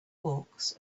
hawks